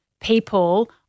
people